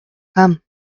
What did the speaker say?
come